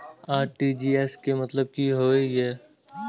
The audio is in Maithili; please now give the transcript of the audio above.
आर.टी.जी.एस के मतलब की होय ये?